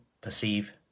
perceive